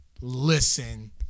listen